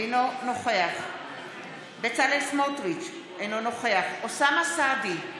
אינו נוכח בצלאל סמוטריץ' אינו נוכח אוסאמה סעדי,